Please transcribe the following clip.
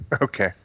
Okay